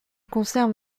conserve